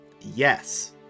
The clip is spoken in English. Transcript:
Yes